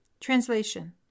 Translation